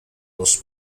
dos